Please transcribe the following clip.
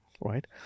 right